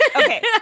okay